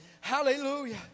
Hallelujah